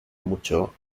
mucho